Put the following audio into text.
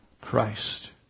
Christ